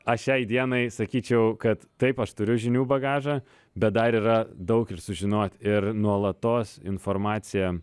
aš šiai dienai sakyčiau kad taip aš turiu žinių bagažą bet dar yra daug ir sužinot ir nuolatos informacija